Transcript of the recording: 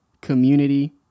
community